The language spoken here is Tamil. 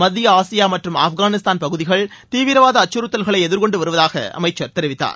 மத்திய ஆசியா மற்றும் ஆப்கானிஸ்தான் பகுதிகள் தீவிரவாத அச்சுறுத்தல்களை எதிர்கொண்டு வருவதாக அமைச்சர் தெரிவித்தார்